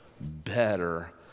better